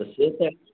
से तऽ